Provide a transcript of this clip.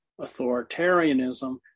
authoritarianism